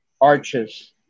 arches